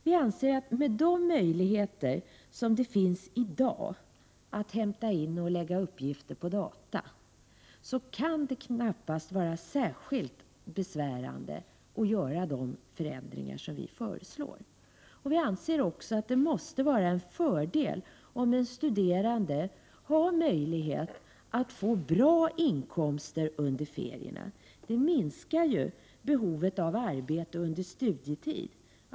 Vi anser att det med de möjligheter som i dag finns att hämta in och lägga uppgifter på data knappast kan vara särskilt besvärligt att göra de förändringar som vi föreslår. Vi anser också att det måste vara en fördel om en studerande har möjlighet att få bra inkomster under ferierna. Det minskar ju behovet av arbete under studietid.